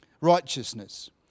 Righteousness